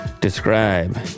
Describe